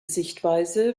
sichtweise